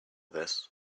this